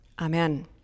Amen